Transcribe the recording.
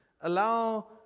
Allow